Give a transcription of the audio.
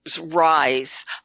rise